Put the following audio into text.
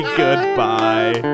goodbye